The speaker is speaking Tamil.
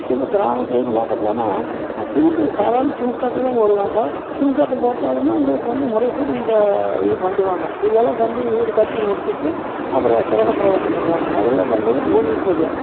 இன்னும் கிராமத்திலையும் பார்க்க போனா சிமெண்ட் சாதாரண சிமெண்டாட்டம் தான் போடுவாங்க சிமெண்ட்டாட்டம் போட்டாலுமே நம்மளுக்கு வந்து முறைப்படி இந்த இது பண்டுவாங்க இதையெல்லாம் பண்ணி வீடு கட்டி முடிச்சுட்டு அப்புறம் கிரகபிரவேசம் பண்ணுவாங்க முதல்ல பண்ணுறது பூமி பூஜை